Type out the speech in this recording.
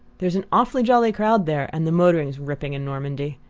there's an awfully jolly crowd there and the motoring's ripping in normandy.